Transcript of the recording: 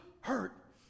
hurt